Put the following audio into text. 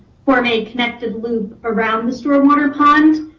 for me connected loop around the stormwater pond,